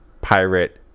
pirate